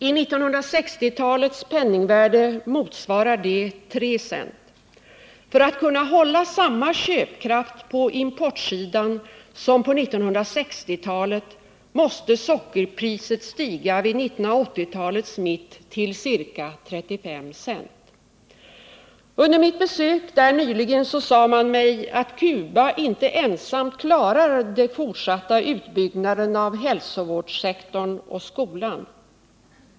I 1960-talets penningvärde motsvarar detta 3 cent. För att kunna hålla samma köpkraft på importsidan som på 1960-talet måste sockerpriset stiga vid 1980-talets mitt till ca 35 cent. Under mitt besök där nyligen sade man mig att Cuba inte ensamt klarar den fortsatta utbyggnaden av hälsovårdssektorn och skolan.